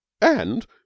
And